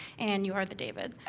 and you are the david.